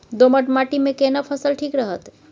दोमट माटी मे केना फसल ठीक रहत?